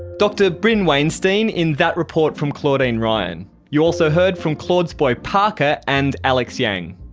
dr brynn wainstein in that report from claudine ryan. you also heard from claud's boy parker and alex yang.